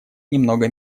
немного